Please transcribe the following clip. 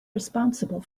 responsible